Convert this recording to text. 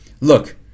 Look